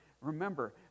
remember